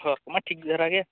ᱦᱚᱨ ᱠᱚᱢᱟ ᱴᱷᱤᱠ ᱫᱷᱟᱨᱟ ᱜᱮ